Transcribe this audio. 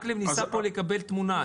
מקלב ניסה פה לקבל תמונה.